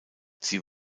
sie